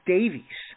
Davies